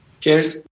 Cheers